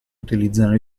utilizzano